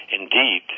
Indeed